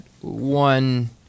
one